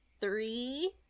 Three